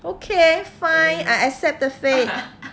okay fine I accept the fate